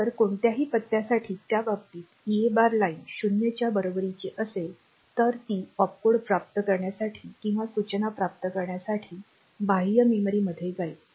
जर कोणत्याही पत्त्यासाठी त्या बाबतीत EA बार लाइन 0 च्या बरोबरीची असेल तर ती ऑपकोड प्राप्त करण्यासाठी किंवा सूचना प्राप्त करण्यासाठी बाह्य मेमरीमध्ये जाईल